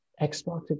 Xbox